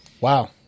Wow